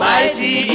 Mighty